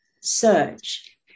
search